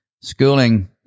Schooling